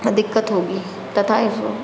दिक्कत होगी तथा